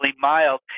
mild